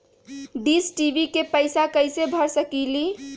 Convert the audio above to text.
Dish TV के पैईसा कईसे भर सकली?